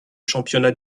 championnats